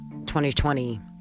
2020